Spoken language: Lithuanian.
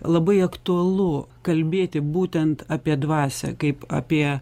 labai aktualu kalbėti būtent apie dvasią kaip apie